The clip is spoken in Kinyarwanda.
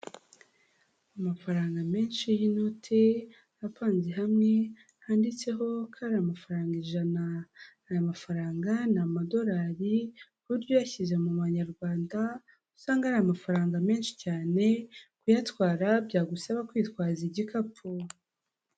Amafaranga menshi y'inoti apanze hamwe, handitseho ko ari amafaranga ijana. Aya mafaranga ni amadorari, ku buryo uyashyize mu manyarwanda usanga ari amafaranga menshi cyane, kuyatwara byagusaba kwitwaza igikapu.